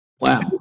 Wow